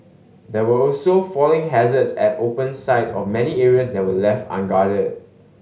there were also falling hazards at open sides of many areas that were left unguarded